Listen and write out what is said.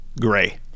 Gray